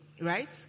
Right